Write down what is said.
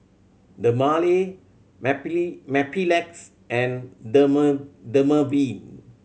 Dermale Mepilex and Dermaveen